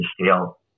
scale